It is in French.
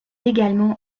également